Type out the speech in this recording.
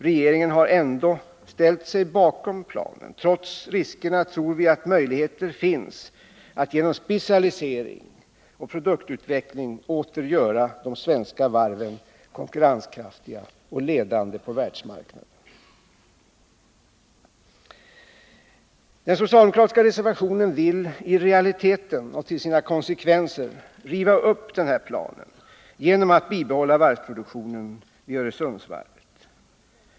Regeringen har ändå ställt sig bakom planen. Trots riskerna tror vi att möjligheter finns att genom specialisering och produktutveckling åter göra de svenska varven konkurrenskraftiga och ledande på världsmarknaden. De socialdemokratiska reservanterna vill i realiteten — det blir konsekvensen — riva upp planen genom att bibehålla varvsproduktionen vid Öresundsvarvet.